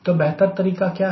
तो बेहतर तरीका क्या है